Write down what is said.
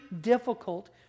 difficult